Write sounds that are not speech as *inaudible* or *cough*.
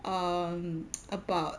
um *noise* about